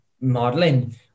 modeling